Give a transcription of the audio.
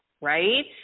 right